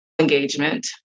engagement